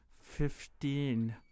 fifteen